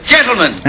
Gentlemen